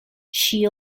she